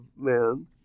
man